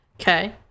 Okay